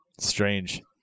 Strange